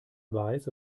weiß